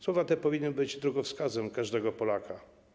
Słowa te powinny być drogowskazem każdego Polaka.